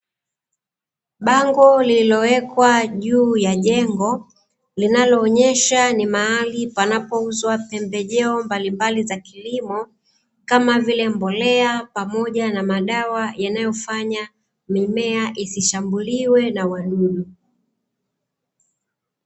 Bango lililowekwa juu ya jengo linaloonyesha ni mahali panapouza pembejeo mbalimbali za kilimo kama vile, mbolea pamoja na madawa yanayofanya mimea isishambuliwe na wadudu.